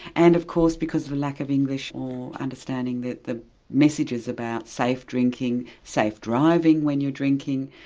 and of course, because of the lack of english or understanding, the the messages about safe drinking, safe driving when you're drinking,